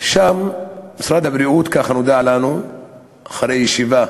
שם משרד הבריאות, כך נודע לנו אחרי ישיבה